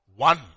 One